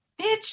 bitch